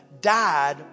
died